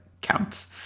counts